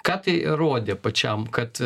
ką tai rodė pačiam kad